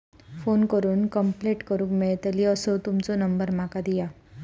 Phone करून complaint करूक मेलतली असो तुमचो नंबर माका दिया?